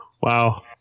wow